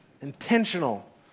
Intentional